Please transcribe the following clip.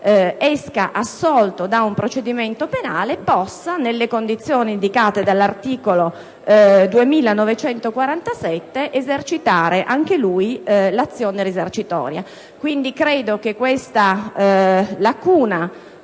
esca assolto da un procedimento penale, possa, nelle condizioni indicate dall'articolo 2947 del codice civile, esercitare anch'egli l'azione risarcitoria. Credo che questa lacuna